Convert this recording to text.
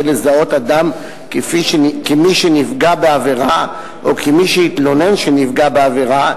לזהות אדם כמי שנפגע בעבירה או כמי שהתלונן שנפגע בעבירה,